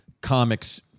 comics